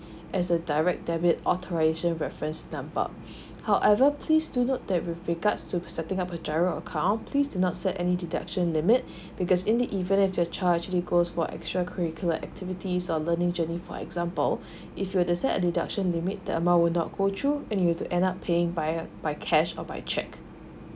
as a direct debit authorisation reference number however please to note that with regards to setting up a giro account please do not set any deduction limit because in the event if your child the goes for extra curricular activities of learning journey for example if you the set deduction limit the amount will not go through and you have to end up paying by uh by cash or by check